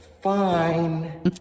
fine